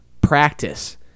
practice